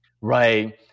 Right